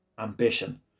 ambition